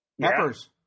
peppers